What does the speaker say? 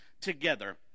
together